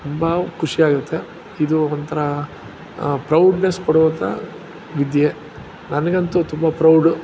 ತುಂಬ ಖುಷಿಯಾಗಿರುತ್ತೆ ಇದು ಒಂಥರ ಪ್ರೌಡ್ನೆಸ್ ಕೊಡುವಂತ ವಿದ್ಯೆ ನನಗಂತು ತುಂಬ ಪ್ರೌಡು